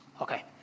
Okay